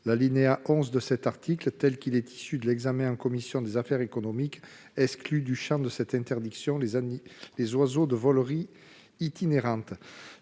publication de la loi. Tel qu'il est issu de l'examen en commission des affaires économiques, l'alinéa 11 exclut du champ de cette interdiction les oiseaux de voleries itinérantes.